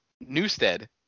Newstead